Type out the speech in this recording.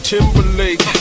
Timberlake